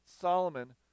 Solomon